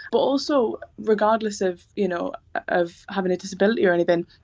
but also, regardless of you know of having a disability or anything,